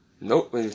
Nope